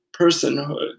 personhood